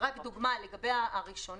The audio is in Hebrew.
דוגמה לגבי הראשונה,